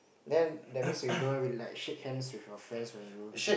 then that means you don't really like shake hands with your friends when you